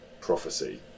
prophecy